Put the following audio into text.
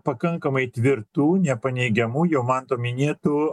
pakankamai tvirtų nepaneigiamų jau manto minėtų